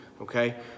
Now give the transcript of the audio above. okay